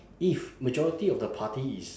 if majority of the party is